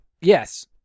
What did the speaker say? yes